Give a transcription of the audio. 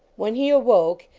when he awoke,